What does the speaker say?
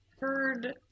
heard –